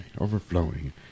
overflowing